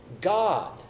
God